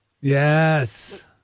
Yes